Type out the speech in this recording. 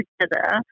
together